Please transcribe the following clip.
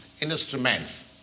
instruments